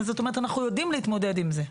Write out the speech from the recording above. זאת אומרת שאנחנו יודעים להתמודד עם זה.